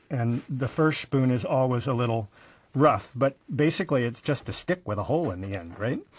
and the first spoon is always a little rough. but basically, it's just a stick with a hole in the end, right?